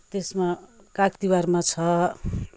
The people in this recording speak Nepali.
त्यसमा काग तिहारमा छ